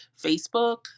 Facebook